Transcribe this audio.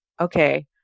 okay